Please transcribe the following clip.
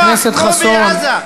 חבר הכנסת חסון,